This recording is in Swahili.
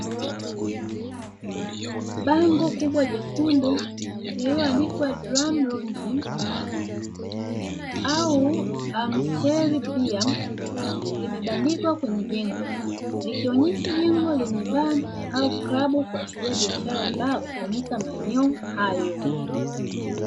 Bango kubwa nyekundu iliyoandikwa drum ronji au i'm sell bia limebandikwa kwenye jengo likionyesha jengo lenye baa au klabu kwa biashara ya bao hufanyika maeneo hayo